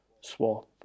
swap